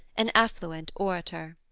an affluent orator.